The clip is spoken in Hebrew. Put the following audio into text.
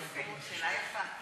אני מחדש את הישיבה.